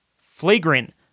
flagrant